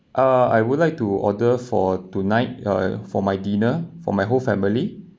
uh I would like to order for tonight uh for my dinner for my whole family